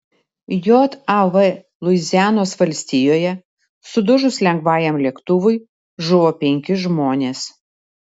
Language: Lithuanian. jav luizianos valstijoje sudužus lengvajam lėktuvui žuvo penki žmonės